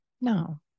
No